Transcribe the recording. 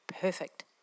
perfect